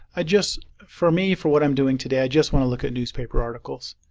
i just for me for what i'm doing today i just want to look at newspaper articles.